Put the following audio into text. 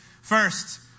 First